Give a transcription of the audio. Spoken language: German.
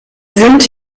sind